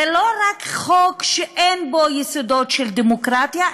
זה לא רק חוק שאין בו יסודות של דמוקרטיה,